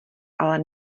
ale